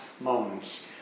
moments